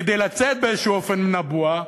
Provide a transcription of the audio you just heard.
כדי לצאת באיזה אופן מן הבועה,